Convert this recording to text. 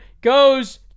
goes